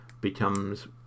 becomes